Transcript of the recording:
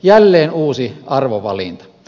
jälleen uusi arvovalinta